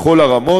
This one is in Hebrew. בכל הרמות.